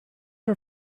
are